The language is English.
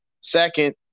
Second